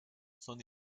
son